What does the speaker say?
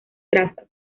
trazas